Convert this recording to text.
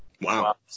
Wow